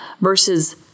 versus